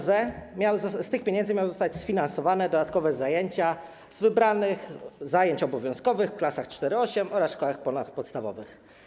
Z tych pieniędzy miały zostać sfinansowane dodatkowe zajęcia z wybranych przedmiotów obowiązkowych w klasach IV-VIII oraz w szkołach ponadpodstawowych.